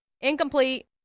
incomplete